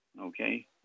okay